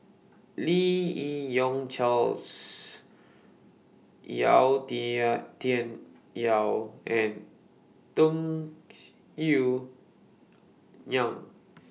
Lim Yi Yong Charles Yau Tian Yau and Tung Yue Nang